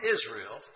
Israel